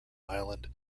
island